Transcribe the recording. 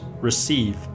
receive